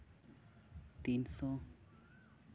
ᱛᱤᱱ ᱥᱚ